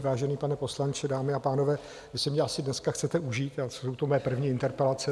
Vážený pane poslanče, dámy a pánové, vy si mě asi dneska chcete užít, jsou to moje první interpelace.